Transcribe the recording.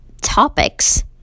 topics